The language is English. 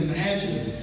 imagine